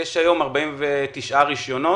יש היום 49 רישיונות,